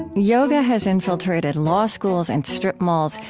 yoga has infiltrated law schools and strip malls,